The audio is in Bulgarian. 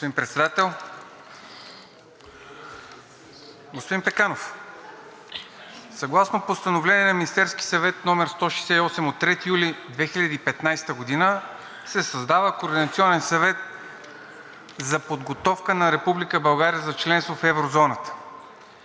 Господин Пеканов, съгласно Постановление на Министерския съвет № 168 от 3 юли 2015 г. се създава Координационен съвет за подготовка на Република България за членство в еврозоната.